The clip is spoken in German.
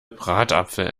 bratapfel